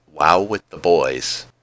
wowwiththeboys